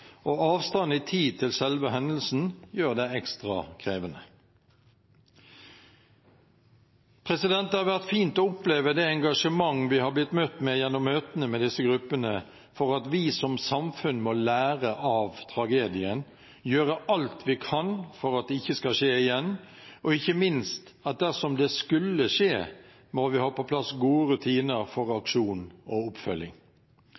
og avstand i tid til selve hendelsen gjør det ekstra krevende. Det har vært fint å oppleve det engasjement vi har blitt møtt med gjennom møtene med disse gruppene for at vi som samfunn må lære av tragedien, gjøre alt vi kan for at det ikke skal skje igjen, og ikke minst at dersom det skulle skje, må vi ha på plass gode rutiner for aksjon og oppfølging.